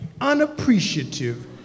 unappreciative